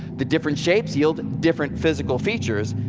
the different shapes yield different physical features.